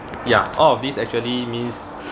ya all of these actually means